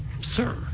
Sir